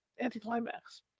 anticlimax